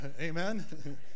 amen